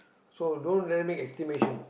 so don't let them make estimation